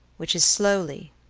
which is slowly,